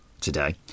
today